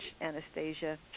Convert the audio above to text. Anastasia